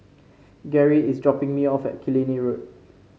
Gerry is dropping me off at Killiney Road